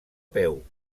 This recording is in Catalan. peu